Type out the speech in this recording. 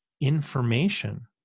information